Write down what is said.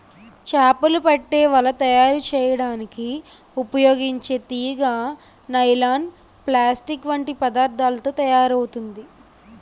చేపలు పట్టే వల తయారు చేయడానికి ఉపయోగించే తీగ నైలాన్, ప్లాస్టిక్ వంటి పదార్థాలతో తయారవుతుంది